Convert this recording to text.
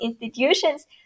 institutions